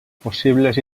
possibles